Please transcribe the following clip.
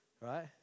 right